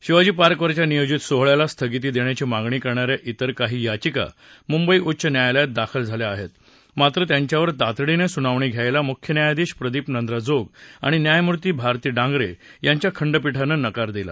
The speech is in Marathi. शिवाजीपार्कवरच्या नियोजित सोहळ्याला स्थगिती देण्याची मागणी करणाऱ्या तिर काही याचिका मुंबई उच्च न्यायलयात दाखल झाल्या आहेत मात्र त्यांच्यावर तातडीने सुनावणी घ्यायला मुख्य न्यायाधीश प्रदीप नन्द्राजोग आणि न्यायमूर्ती भारती डांगरे यांच्या खंडपीठानं नकार दिला